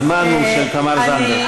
הזמן הוא של תמר זנדברג.